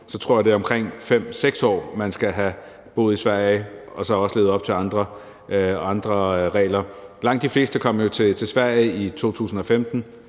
år, tror jeg, det er omkring 5-6 år, man skal have boet i Sverige og så også have levet op til andre regler. Langt de fleste kom jo til Sverige i 2015,